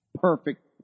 Perfect